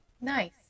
Nice